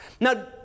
Now